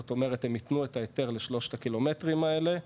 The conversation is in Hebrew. זאת אומרת הם יתנו את ההיתר לשלושת הקילומטרים האלה,